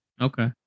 Okay